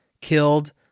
killed